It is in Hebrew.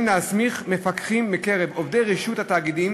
להסמיך מפקחים מקרב עובדי רשות התאגידים